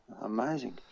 amazing